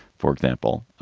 for example.